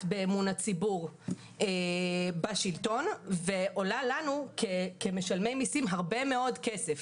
באמון הציבור בשלטון ועולה לנו כמשלמי מיסים הרבה מאוד כסף.